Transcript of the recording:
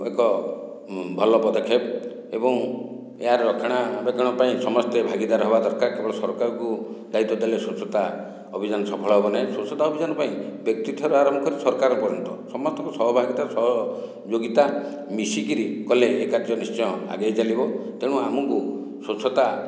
ଏକ ଭଲ ପଦକ୍ଷେପ ଏବଂ ଏହାର ରକ୍ଷଣା ବେକ୍ଷଣ ପାଇଁ ସମସ୍ତେ ଭାଗିଦାର ହେବା ଦରକାର କେବଳ ସରକାରକୁ ଦାୟିତ୍ଵ ଦେଲେ ସ୍ୱଚ୍ଛତା ଅଭିଯାନ ସଫଳ ହେବ ନାହିଁ ସ୍ୱଚ୍ଛତା ଅଭିଯାନ ପାଇଁ ବ୍ୟକ୍ତିଠାରୁ ଆରମ୍ଭ କରି ସରକାର ପର୍ଯ୍ୟନ୍ତ ସମସ୍ତଙ୍କୁ ସହଭାଗିତା ସହ ଯୋଗିତା ମିଶିକରି କଲେ ଏ କାର୍ଯ୍ୟ ନିଶ୍ଚିୟ ଆଗେଇ ଚାଲିବ ତେଣୁ ଆମକୁ ସ୍ୱଚ୍ଛତା